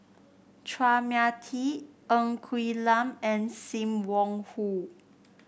Chua Mia Tee Ng Quee Lam and Sim Wong Hoo